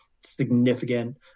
significant